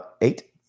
Eight